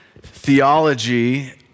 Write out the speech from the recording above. theology